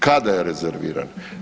Kada je rezerviran?